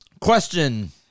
Question